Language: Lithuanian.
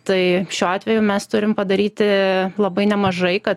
tai šiuo atveju mes turim padaryti labai nemažai kad